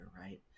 right